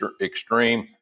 extreme